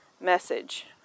message